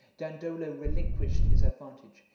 dandolo relinquished his advantage,